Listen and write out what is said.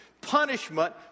Punishment